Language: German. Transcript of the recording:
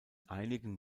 einigen